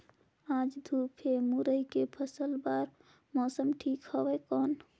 आज धूप हे मुरई के फसल बार मौसम ठीक हवय कौन?